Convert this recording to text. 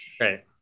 Right